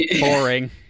boring